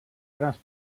grans